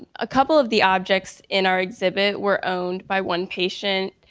a couple of the objects in our exhibit were owned by one patient.